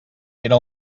era